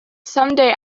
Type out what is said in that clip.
someday